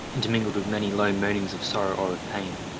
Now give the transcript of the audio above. intermingled with many low moanings of sorrow or of pain.